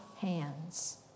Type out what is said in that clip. hands